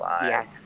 yes